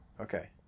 Okay